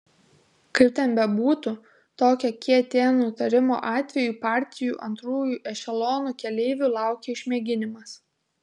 kaip ten bebūtų tokio kt nutarimo atveju partijų antrųjų ešelonų keleivių laukia išmėginimas